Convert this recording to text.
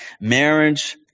marriage